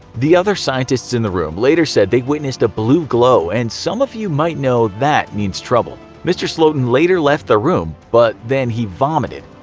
the other scientists in the room later said they witnessed a blue glow, and some of you might know that this means trouble. mr. slotin later left the room, but then he vomited.